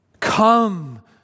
Come